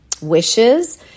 wishes